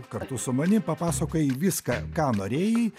kartu su manim papasakojai viską ką norėjai